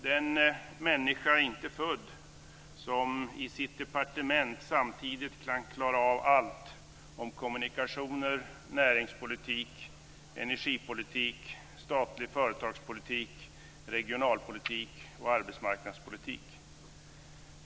Den människa är inte född som i sitt departement samtidigt kan klara av allt om kommunikationer, näringspolitik, energipolitik, statlig företagspolitik, regionalpolitik och arbetsmarknadspolitik.